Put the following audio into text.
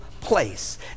place